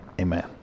Amen